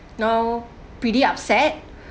now pretty upset